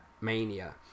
Mania